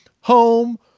home